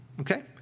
Okay